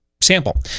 sample